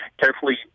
carefully